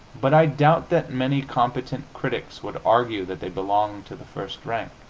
but i doubt that many competent critics would argue that they belong to the first rank.